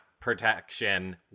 protection